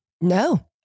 No